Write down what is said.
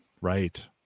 Right